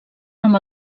amb